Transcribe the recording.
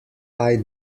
eye